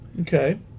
Okay